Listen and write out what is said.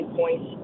points